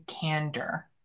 candor